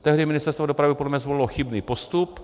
Tehdy Ministerstvo dopravy podle mě zvolilo chybný postup.